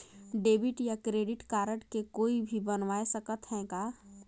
Debit या credit card के कोई भी बनवाय सकत है का?